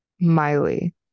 miley